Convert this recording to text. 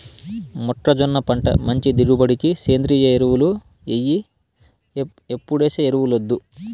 మొక్కజొన్న పంట మంచి దిగుబడికి సేంద్రియ ఎరువులు ఎయ్యి ఎప్పుడేసే ఎరువులొద్దు